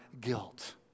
guilt